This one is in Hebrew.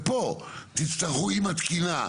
ופה, תצטרכו, עם התקינה,